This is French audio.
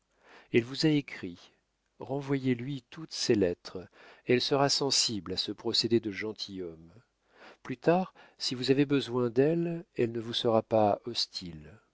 elle vous a écrit renvoyez lui toutes ses lettres elle sera sensible à ce procédé de gentilhomme plus tard si vous avez besoin d'elle elle ne vous sera pas hostile